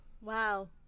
Wow